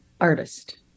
artist